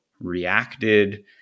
reacted